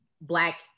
Black